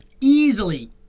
easily